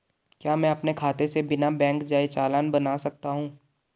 क्या मैं अपने खाते से बिना बैंक जाए चालान बना सकता हूँ?